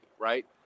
Right